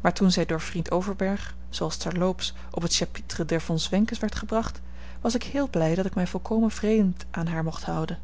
maar toen zij door vriend overberg zooals ter loops op het chapitre der von zwenkens werd gebracht was ik heel blij dat ik mij volkomen vreemd aan haar mocht houden